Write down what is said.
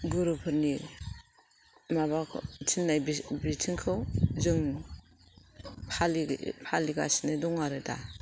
गुरुफोरनि माबाखौ थिननाय बिथोनखौ जों फालिगासिनो दं आरो दा